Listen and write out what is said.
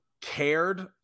cared